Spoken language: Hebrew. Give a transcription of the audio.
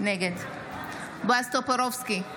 נגד בועז טופורובסקי,